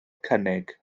cynnig